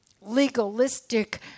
legalistic